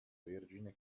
vergine